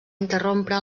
interrompre